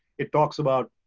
it talks about,